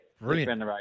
Brilliant